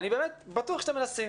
אני בטוח שאתם מנסים.